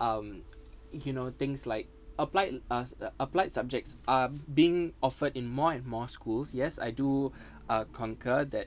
um you know things like applied us applied subjects are being offered in more and more schools yes I do uh concur that